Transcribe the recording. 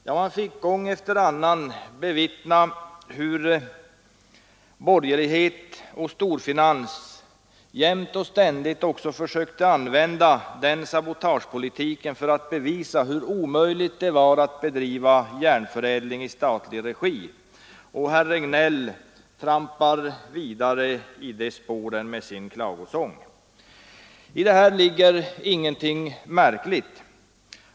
Ja, man fick också gång efter annan bevittna hur borgerlighet och storfinans jämt och ständigt försökte använda denna sabotagepolitik för att bevisa hur omöjligt det var att bedriva järnförädling i statlig regi. Herr Regnéll trampar vidare i de spåren med sin klagosång. I detta ligger ingenting märkligt.